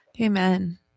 Amen